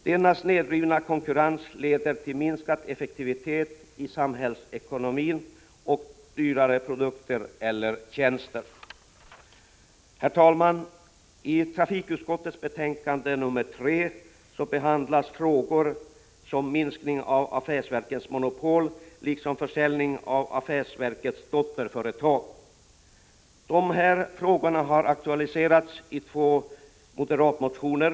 Denna snedvridna konkurrens leder till minskad effektivitet i samhällsekonomin och dyrare produkter eller tjänster. Herr talman! I trafikutskottets betänkande 3 behandlas frågor som minskning av affärsverkens monopol liksom försäljning av affärsverkens = Prot. 1985/86:43 dotterföretag. Dessa frågor har aktualiserats i två moderatmotioner.